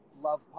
love